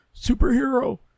superhero